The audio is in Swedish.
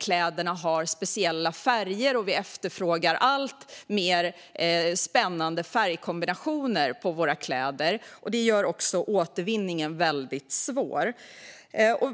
kläderna har speciella färger, och vi efterfrågar alltmer spännande färgkombinationer på våra kläder. Det gör också återvinningen väldigt svår.